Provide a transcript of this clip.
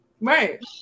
right